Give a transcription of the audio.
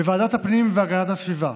בוועדת הפנים והגנת הסביבה,